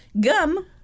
gum